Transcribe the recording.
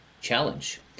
challenge